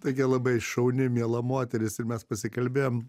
tokia labai šauni miela moteris ir mes pasikalbėjom